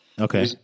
Okay